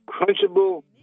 crunchable